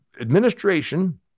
administration